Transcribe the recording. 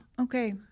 Okay